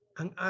ang